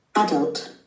Adult